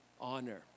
honor